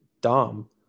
dom